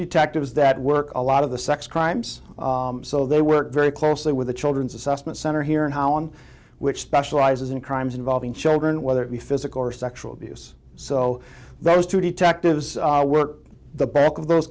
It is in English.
detectives that work a lot of the sex crimes so they work very closely with the children's assessment center here in holland which specializes in crimes involving children whether it be physical or sexual abuse so those two detectives were the back of those